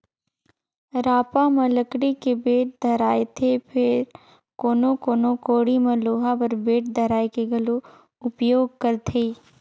रापा म लकड़ी के बेठ धराएथे फेर कोनो कोनो कोड़ी मे लोहा कर बेठ धराए के घलो उपियोग करथे